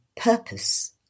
purpose